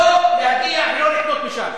לא להגיע ולא לקנות משם.